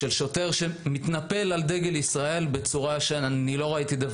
בסרטון רואים שוטר שמתנפל על דגל ישראל בצורה שלא ראיתי.